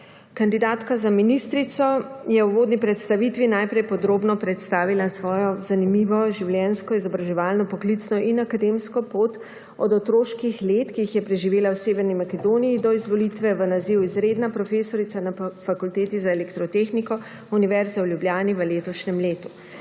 Kandidatka za ministrico je v uvodni predstavitvi najprej podrobno predstavila svojo zanimivo življenjsko, izobraževalno, poklicno in akademsko pot – od otroških let, ki jih je preživela v Severni Makedoniji, do izvolitve v naziv izredna profesorica na Fakulteti za elektrotehniko Univerze v Ljubljani v letošnjem letu.